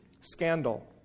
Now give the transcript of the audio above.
scandal